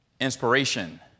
inspiration